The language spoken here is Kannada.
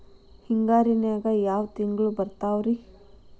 ಹಿಂಗಾರಿನ್ಯಾಗ ಯಾವ ತಿಂಗ್ಳು ಬರ್ತಾವ ರಿ?